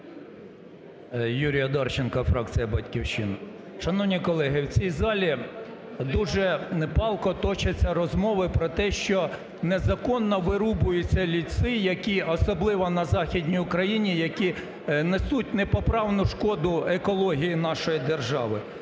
Юрій Одарченко, фракція "Батьківщина". Шановні колеги, в цій залі дуже палко точаться розмови про те. що незаконно вирубуються ліси, які… особливо на Західній Україні, які несуть непоправну шкоду екології нашої держави.